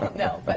but know, but